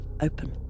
open